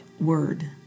word